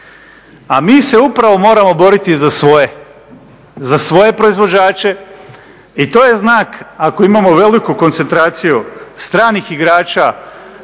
a mi se upravo moramo boriti za svoje, za svoje proizvođače i to je znak ako imamo veliku koncentraciju stranih igrača